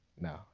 No